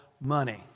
money